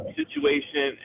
situation